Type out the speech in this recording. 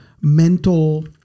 mental